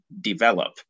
develop